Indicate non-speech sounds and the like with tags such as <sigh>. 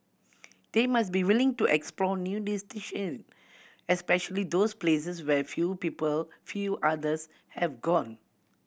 they must be willing to explore new <unintelligible> especially those places where few people few others have gone